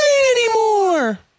anymore